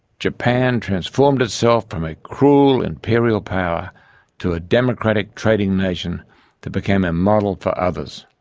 japan transformed itself from a cruel imperial power to a democratic trading nation that became a model for others.